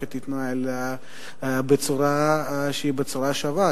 המערכת תתנהל בצורה שווה.